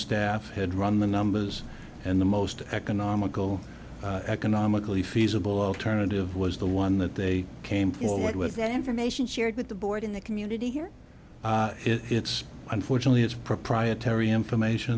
staff had run the numbers and the most economical economically feasible alternative was the one that they came forward with that information shared with the board in the community here it's unfortunately it's proprietary information